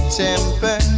temper